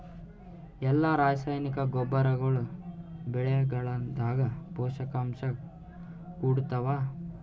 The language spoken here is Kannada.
ಎಲ್ಲಾ ರಾಸಾಯನಿಕ ಗೊಬ್ಬರಗೊಳ್ಳು ಬೆಳೆಗಳದಾಗ ಪೋಷಕಾಂಶ ಕೊಡತಾವ?